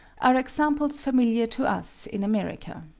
are examples familiar to us in america.